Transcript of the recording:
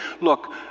look